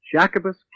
Jacobus